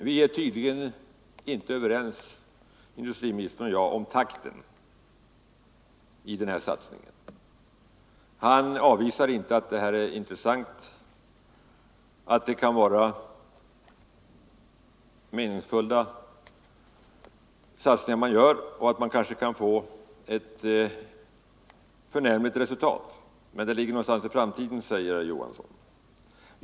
Herr talman! Bara helt kort några ord. Industriministern och jag är tydligen inte överens om takten i satsningen på detta område. Han avvisar inte uppfattningen att frågan är intressant och att satsningar kan vara meningsfulla och kanske kan ge förnämligt resultat, men detta ligger någonstans i framtiden, säger herr Johansson.